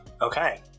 Okay